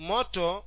Moto